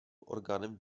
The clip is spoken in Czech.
orgánem